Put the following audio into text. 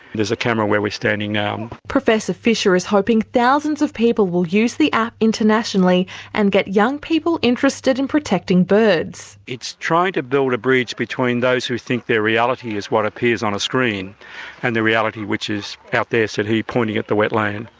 there's a camera where we're standing now. professor fisher is hoping thousands of people will use the app internationally and get young people interested in protecting birds. it's trying to build a bridge between those who think their reality is what appears on a screen and the reality which is out there, said he, pointing at the wetlands.